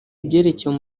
ibyerekeye